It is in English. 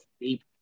deep